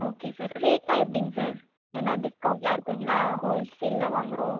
okay sir ரேட்லாம் எப்படிங் sir எதனா டிஸ்க்கவுண்ட்லான் இருக்குங்களா ஹோல்சேலில் வாங்குறோம்